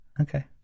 Okay